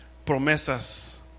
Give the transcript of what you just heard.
promesas